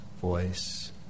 voice